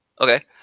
Okay